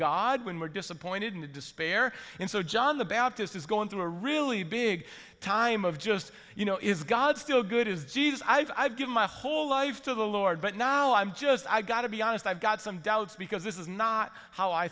god when we're disappointed in the despair and so john the baptist is going through a really big time of just you know is god still good is jesus i've given my whole life to the lord but now i'm just i've got to be honest i've got some doubts because this is not how i